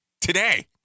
today